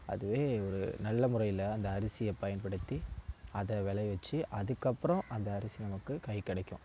அதுவே ஒரு நல்ல முறையில் அந்த அரிசியை பயன்படுத்தி அதை வெளிய வச்சு அதுக்கப்புறம் அந்த அரிசி நமக்கு கை கிடைக்கும்